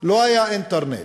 לא היה אינטרנט